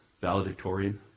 valedictorian